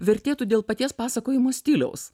vertėtų dėl paties pasakojimo stiliaus